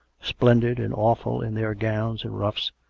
splendid and awful in their gowns and ruffs,